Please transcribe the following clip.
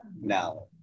now